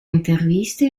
interviste